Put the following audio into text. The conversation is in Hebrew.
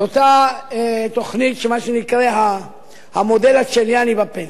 לאותה תוכנית, מה שנקרא המודל הצ'יליאני בפנסיה,